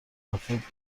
افراد